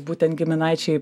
būtent giminaičiai